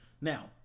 Now